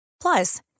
Plus